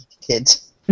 kids